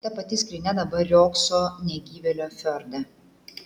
ta pati skrynia dabar riogso negyvėlio fjorde